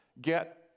get